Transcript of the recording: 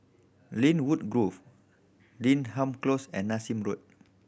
Lynwood Grove Denham Close and Nassim Road